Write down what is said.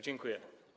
Dziękuję.